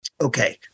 Okay